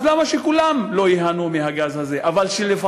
אז למה שכולם לא ייהנו מהגז הזה?